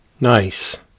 Nice